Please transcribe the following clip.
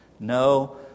No